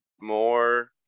more